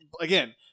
again